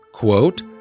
Quote